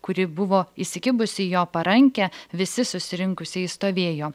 kuri buvo įsikibusi į jo parankę visi susirinkusieji stovėjo